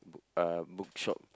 book uh book shop